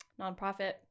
nonprofit